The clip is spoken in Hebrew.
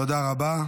תודה רבה.